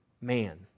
man